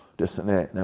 this and that. and and